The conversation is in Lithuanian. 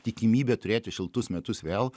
tikimybę turėti šiltus metus vėl